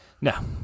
No